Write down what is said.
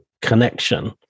connection